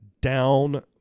down